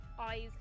eyes